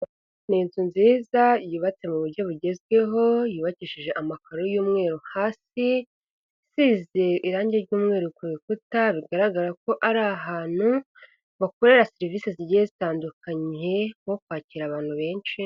Ni inzu nziza yubatse mu buryo bugezweho, yubakishije amakaro y'umweru hasi, isize irange ry'umwi ku bikuta, bigaragara ko ari ahantu bakorera serivise zigiye zitandukanye, nko kwakira abantu benshi.